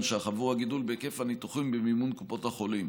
ש"ח עבור הגידול בהיקף הניתוחים במימון קופות החולים.